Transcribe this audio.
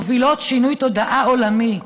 מובילות שינוי תודעה עולמי,